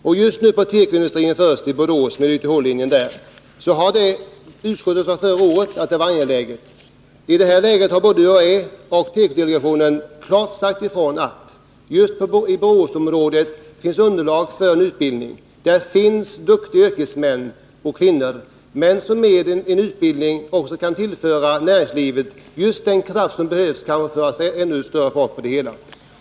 När det gäller YTH-linjen i Borås sade utskottet förra året att denna utbildning är angelägen. I detta läge har både UHÄ och tekodelegationen klart sagt ifrån att det just i Boråsområdet finns underlag för utbildning. Det finns duktiga yrkesmän och yrkeskvinnor där, som med en utbildning kan tillföra näringslivet just det som behövs för att få ännu större fart på det hela.